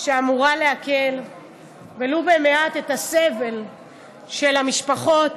שאמורה להקל ולו במעט את הסבל של המשפחות